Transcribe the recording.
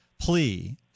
plea